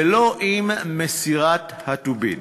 ולא עם מסירת הטובין.